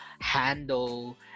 handle